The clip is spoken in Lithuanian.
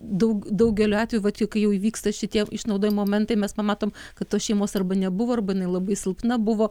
daug daugeliu atvejų vat jau kai jau įvyksta šitie išnaudojimo momentai mes pamatom kad tos šeimos arba nebuvo arba jinai labai silpna buvo